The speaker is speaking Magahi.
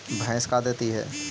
भैंस का देती है?